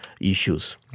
issues